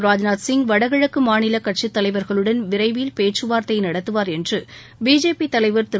ராஜ்நாத் சிங் வடகிழக்கு மாநில கட்சித் தலைவாகளுடன் விரைவில் பேச்சுவாா்த்தை நடத்துவாா் என்று பிஜேபி தலைவர் திரு